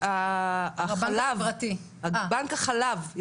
בנק החלב,